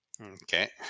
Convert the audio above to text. Okay